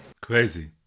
crazy